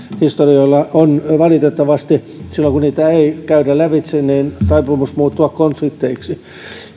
historioilla on valitettavasti silloin kun niitä ei käydä lävitse taipumus muuttua konflikteiksi